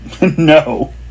No